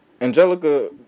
Angelica